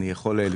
אני מאמין שהיו